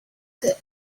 good